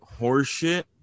horseshit